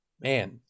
Man